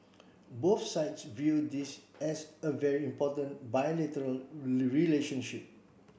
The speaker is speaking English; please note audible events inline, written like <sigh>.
both sides view this as a very important bilateral <unintelligible> relationship